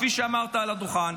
כפי שאמרת על הדוכן,